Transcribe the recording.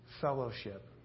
fellowship